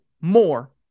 more